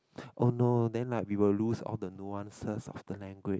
oh no then like we will lose all the nuances of the language